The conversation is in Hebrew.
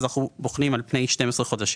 אנחנו בוחנים על פני 12 חודשים.